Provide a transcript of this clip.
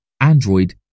Android